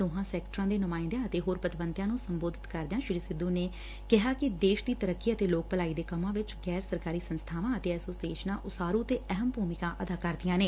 ਦੋਹਾਂ ਸੈਕਟਰਾਂ ਦੇ ਨੁਮਾਇੰਦਿਆਂ ਅਤੇ ਹੋਰ ਪਤਵੰਤਿਆਂ ਨੁੰ ਸੰਬੋਧਤ ਕਰਦਿਆਂ ਸ੍ਰੀ ਸਿੱਧੂ ਨੇ ਕਿਹਾ ਕਿ ਦੇਸ਼ ਦੀ ਤਰੱਕੀ ਅਤੇ ਲੋਕ ਭਲਾਈ ਦੇ ਕੰਮਾਂ ਵਿਚ ਗੈਰ ਸਰਕਾਰੀ ਸੰਸਬਾਵਾਂ ਅਤੇ ਐਸੋਸੀਏਸ਼ਨਾਂ ਉਸਾਰੂ ਤੇ ਅਹਿਮ ਭੂਮਿਕਾ ਅਦਾ ਕਰਦੀਆਂ ਨੇ